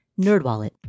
NerdWallet